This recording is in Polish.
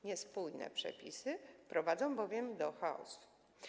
Niespójne przepisy prowadzą bowiem do chaosu.